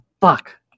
fuck